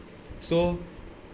so